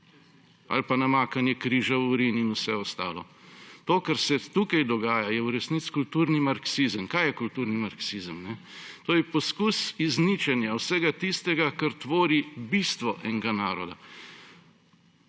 Ali pa namakanje križa v urin in vse ostalo. To, kar se tukaj dogaja, je v resici kulturni marksizem. Kaj je kulturni marksizem? To je poskus izničenja vsega tistega, kar tvori bistvo enega naroda.